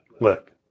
Look